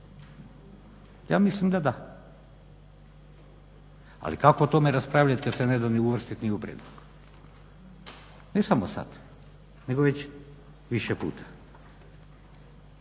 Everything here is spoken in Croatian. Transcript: Ja mislim da da, ali kako o tome raspravljati kad se ne da ni uvrstiti ni u prijedlog. Ne samo sad nego već više puta.